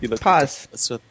Pause